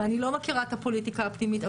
ואני לא מכירה את הפוליטיקה הפנימית,